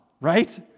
right